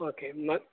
okay मात